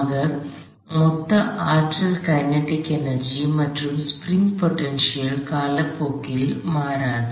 ஆக மொத்த ஆற்றல் கினெடிக் எனர்ஜி மற்றும் ஸ்பிரிங் போடென்சியல் காலப்போக்கில் மாறாது